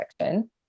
section